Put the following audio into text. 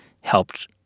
helped